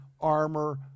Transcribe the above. armor